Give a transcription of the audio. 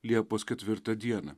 liepos ketvirtą dieną